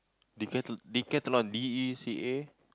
decath~ decathlon D E C A